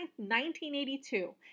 1982